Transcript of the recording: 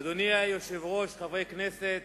אדוני היושב-ראש, חברי הכנסת,